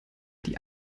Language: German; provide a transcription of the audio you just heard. die